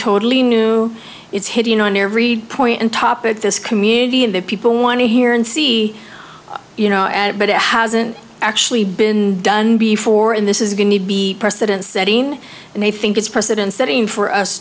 totally new it's hitting on every point and topic this community and that people want to hear and see you know but it hasn't actually been done before in this is going to be precedent setting and they think it's precedent setting for us